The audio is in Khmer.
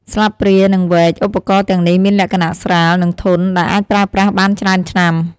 ស្លាបព្រា និងវែក ឧបករណ៍ទាំងនេះមានលក្ខណៈស្រាល និងធន់ ដែលអាចប្រើប្រាស់បានច្រើនឆ្នាំ។